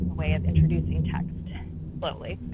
way of introducing text slowly.